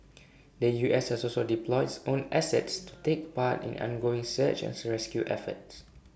the U S has also deploys own assets to take part in ongoing search and sir rescue efforts